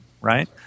Right